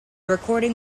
recording